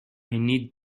need